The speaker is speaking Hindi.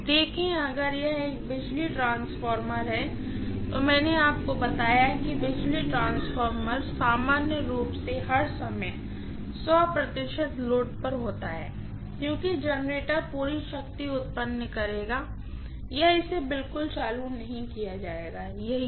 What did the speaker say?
देखें अगर यह एक बिजली ट्रांसफार्मर है तो मैंने आपको बताया कि बिजली ट्रांसफार्मर सामान्य रूप से हर समय 100 पर लोड होता है क्योंकि जनरेटर पूरी शक्ति उत्पन्न करेगा या इसे बिल्कुल चालू नहीं किया जाएगा यही है